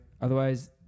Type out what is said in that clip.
Otherwise